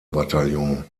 bataillon